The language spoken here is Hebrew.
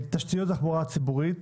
--- תשתיות התחבורה הציבורית,